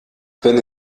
wenn